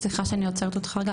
סליחה שאני עוצרת אותך רגע.